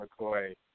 McCoy